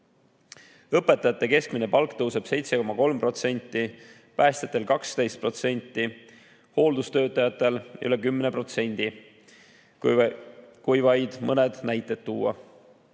Õpetajate keskmine palk tõuseb 7,3%, päästjatel 12%, hooldustöötajatel üle 10%, kui vaid mõned näited tuua.